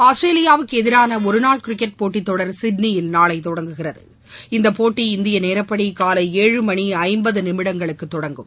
ஆஸ்திரேலியாவுக்கு எதிரான ஒருநாள் கிரிக்கெட் போட்டித் தொடர் சிட்னியில் நாளை தொடங்குகிறது இந்தப் போட்டி இந்திய நேரப்படி காலை ஏழு மணி ஐம்பது நிமிடங்களுக்கு தொடங்கும்